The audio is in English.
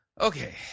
okay